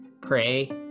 pray